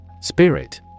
Spirit